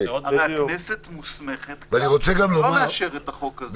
הרי הכנסת מוסמכת גם לא לאשר את החוק הזה.